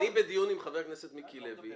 בדיון עם חבר הכנסת מיקי לוי.